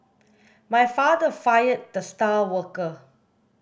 my father fired the star worker